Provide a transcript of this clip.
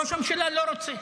ראש הממשלה לא רוצה.